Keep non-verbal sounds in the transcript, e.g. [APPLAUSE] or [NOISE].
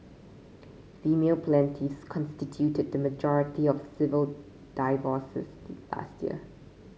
female plaintiffs constituted the majority of civil divorces [UNINTELLIGIBLE] last year